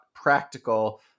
practical